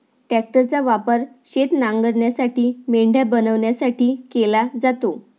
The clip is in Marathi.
ट्रॅक्टरचा वापर शेत नांगरण्यासाठी, मेंढ्या बनवण्यासाठी केला जातो